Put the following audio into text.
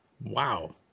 Wow